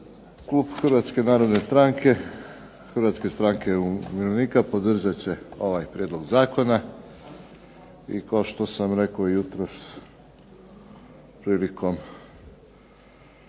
Klub Hrvatske narodne stranke i Hrvatske stranke umirovljenika podržat će ovaj prijedlog zakona i kao što sam rekao jutros prilikom,